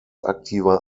aktiver